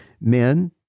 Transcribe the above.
men